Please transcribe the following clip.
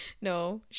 no